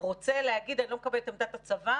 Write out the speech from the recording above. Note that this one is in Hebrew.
הוא רוצה להגיד שאני לא מקבלת את עמדת הצבא?